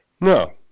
No